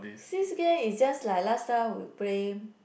game is just like last time we play